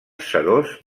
seròs